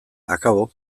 akabo